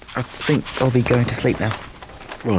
i think i'll be going to sleep now.